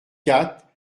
quatre